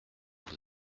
vous